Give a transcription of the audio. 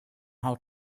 how